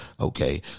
okay